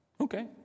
Okay